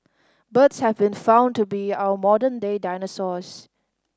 birds have been found to be our modern day dinosaurs